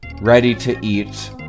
ready-to-eat